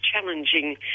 challenging